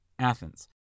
Athens